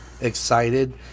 excited